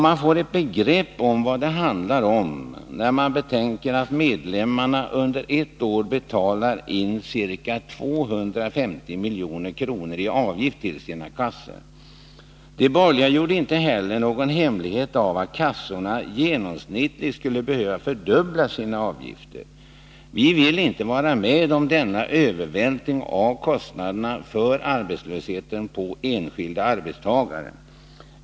Man får ett begrepp om vad det handlar om när man betänker att medlemmarna under ett år betalar in ca 250 milj.kr. i avgifter till sina kassor. De borgerliga gjorde inte heller någon hemlighet av att kassorna genomsnittligt skulle behöva fördubbla sina avgifter. Vi vill inte vara med om denna övervältring av kostnaderna för arbetslösheten på de enskilda arbetstagarna.